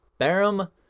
Barum